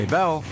Bell